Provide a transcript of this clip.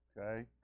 Okay